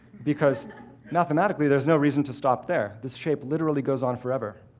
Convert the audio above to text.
because mathematically, there's no reason to stop there, this shape literally goes on forever.